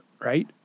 right